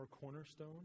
cornerstone